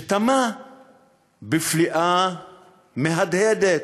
שתמה בפליאה מהדהדת: